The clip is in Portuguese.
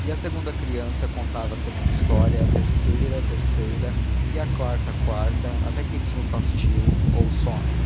e a segunda criança contava segunda história a terceira terceira a quarta quarta até que vinha o fastio ou o sono